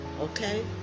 okay